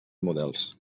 models